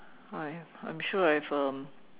I I'm sure I have um